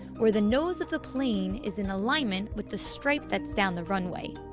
where the nose of the plane is in alignment with the stripe that's down the runway.